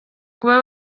kuba